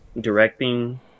directing